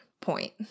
point